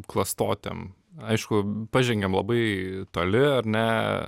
klastotėm aišku pažengėm labai toli ar ne